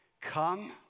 come